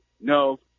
No